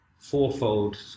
fourfold